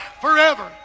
forever